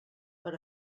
per